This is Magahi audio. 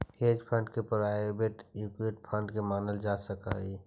हेज फंड के प्राइवेट इक्विटी फंड भी मानल जा सकऽ हई